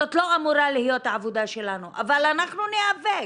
זאת לא אמורה להיות העבודה שלנו, אבל אנחנו ניאבק.